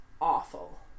awful